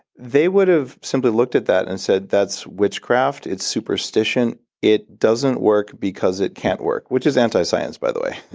they would have simply looked at that and said, that's witchcraft. it's superstition. it doesn't work, because it can't work, which is anti-science, by the way,